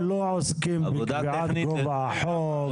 הם לא יעסקו בקביעת גובה החוב,